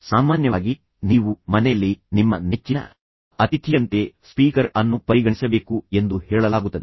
ಸಾಮಾನ್ಯವಾಗಿ ನೀವು ಮನೆಯಲ್ಲಿ ನಿಮ್ಮ ನೆಚ್ಚಿನ ಅತಿಥಿಯಂತೆ ಸ್ಪೀಕರ್ ಅನ್ನು ಪರಿಗಣಿಸಬೇಕು ಎಂದು ಹೇಳಲಾಗುತ್ತದೆ